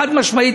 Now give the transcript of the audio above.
חד-משמעית,